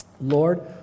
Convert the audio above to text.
Lord